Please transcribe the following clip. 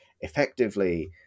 effectively